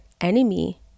enemy